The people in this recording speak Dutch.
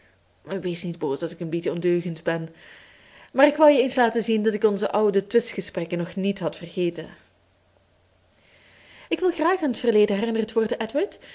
wees niet boos als ik een beetje ondeugend ben maar ik wou je eens laten zien dat ik onze oude twistgesprekken nog niet had vergeten ik wil graag aan t verleden herinnerd worden